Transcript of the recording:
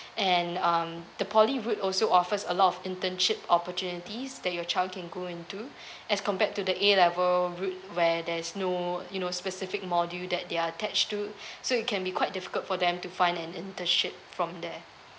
and um the poly route also offers a lot of internship opportunities that your child can go into as compared to the A level route where there's no you know specific module that they're attached to so he can be quite difficult for them to find an internship from there